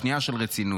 שנייה של רצינות.